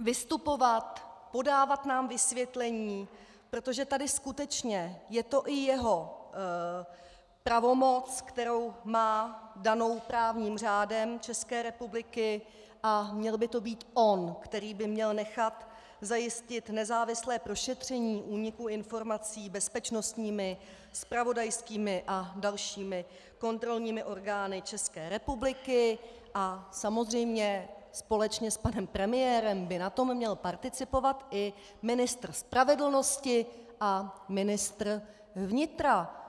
vystupovat, podávat nám vysvětlení, protože tady skutečně je to i jeho pravomoc, kterou má danou právním řádem České republiky, a měl by to být on, který by měl nechat zajistit nezávislé prošetření úniku informací bezpečnostními, zpravodajskými a dalšími kontrolními orgány České republiky, a samozřejmě společně s panem premiérem by na tom měl participovat i ministr spravedlnosti a ministr vnitra.